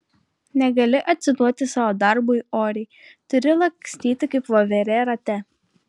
negali atsiduoti savo darbui oriai turi lakstyti kaip voverė rate